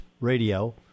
Radio